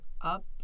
up